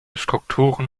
strukturen